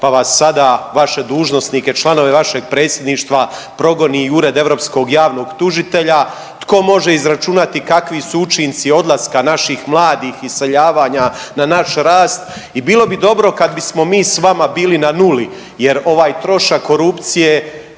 pa vas sada vaše dužnosnike, članove vašeg predsjedništva progoni Ured europskog javnog tužitelja tko može izračunati kakvi su učinci odlaska naših mladih i iseljavanja na naš rast i bilo bi dobro kad bismo mi s vama bili na nuli jer ovaj trošak korupcije